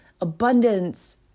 abundance